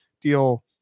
deal